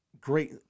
great